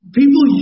people